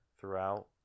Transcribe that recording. throughout